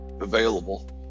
available